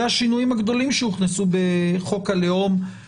השאלה האם אנחנו בצד המהלך הזה יכולים לראות עוד